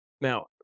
Now